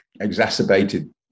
exacerbated